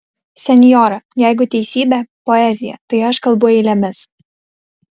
senjora jeigu teisybė poezija tai aš kalbu eilėmis